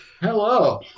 Hello